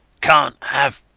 cant have.